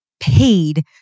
paid